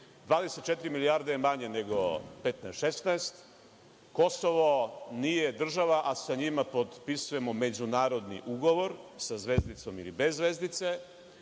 24 milijarde je manje nego 15, 16, Kosovo nije država, a sa njima potpisujemo međunarodni ugovor sa zvezdicom ili bez zvezdice,